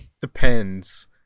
Depends